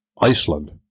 Iceland